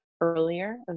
earlier